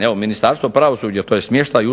evo Ministarstvo pravosuđa to je smještaj u